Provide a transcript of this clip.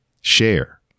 Share